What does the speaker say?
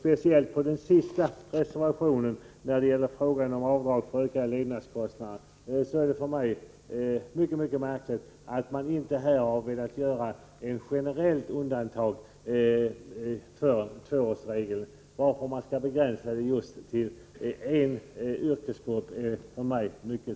Beträffande den sista reservationen, som gäller frågan om avdrag för ökade levnadskostnader, framstår det för mig som mycket märkligt att man inte har velat göra ett generellt undantag från tvåårsregeln för alla branscher. Att begränsa undantaget till endast en bransch förvånar mig mycket.